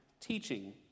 teaching